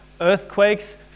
earthquakes